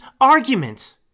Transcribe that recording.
argument